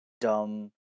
dumb